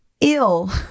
ill